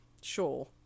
sure